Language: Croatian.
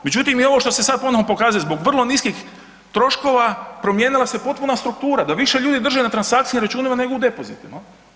Međutim i ovo što se sad ponovno pokazuje zbog vrlo niskih troškova promijenila se potpuno struktura, da više ljudi drže na transakcijskim računima nego u depozitima.